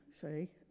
say